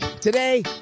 Today